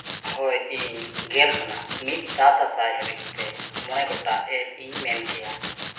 ᱦᱳᱭ ᱤᱧ ᱜᱮᱞ ᱠᱷᱚᱱᱟᱜ ᱢᱤᱫ ᱥᱟᱼᱥᱟᱥᱟᱭ ᱦᱟᱹᱨᱤᱡᱛᱮ ᱢᱚᱬᱮ ᱜᱚᱴᱟᱝ ᱮᱞ ᱤᱧ ᱢᱮᱱ ᱠᱮᱭᱟ